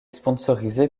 sponsorisée